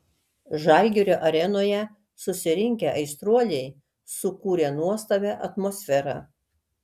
žalgirio arenoje susirinkę aistruoliai sukūrė nuostabią atmosferą